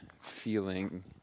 feeling